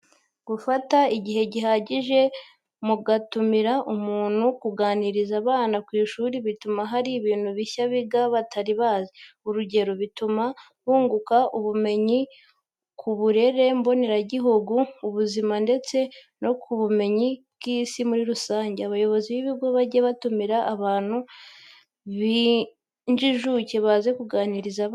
Gufata igihe gihagije mu gatumira umuntu kuganiriza abana ku ishuri, bituma hari ibintu bishya biga batari babizi. Urugero, bituma bunguka ubumenyi ku uburere mboneragihugu, ku ubuzima ndetse no ku bumenyi bw'isi muri rusange. Abayobozi b'ibigo bajye batumira abantu b'injijuke baze kuganiriza abana.